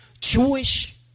Jewish